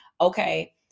okay